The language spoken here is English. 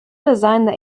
designed